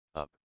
up